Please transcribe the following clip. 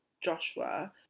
Joshua